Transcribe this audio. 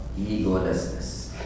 egolessness